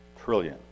trillion